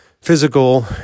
physical